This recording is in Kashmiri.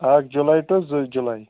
اَکھ جُلایی تہٕ زٕ جُلایی